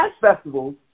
festivals